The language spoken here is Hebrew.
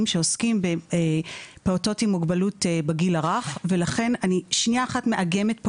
שעוסקים בפעוטות עם מוגבלות בגיל הרך ולכן אני שניה אחת מאגמת את